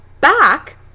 back